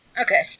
Okay